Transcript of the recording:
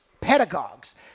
Pedagogues